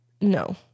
No